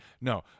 No